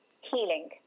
healing